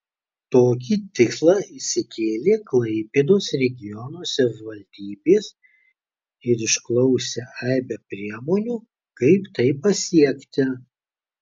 tokį tikslą išsikėlė klaipėdos regiono savivaldybės ir išklausė aibę priemonių kaip tai pasiekti